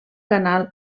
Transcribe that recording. canal